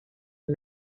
and